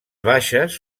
baixes